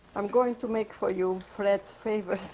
i'm going to make for you fred's favorite,